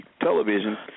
television